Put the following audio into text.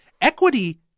equity